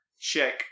check